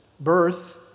birth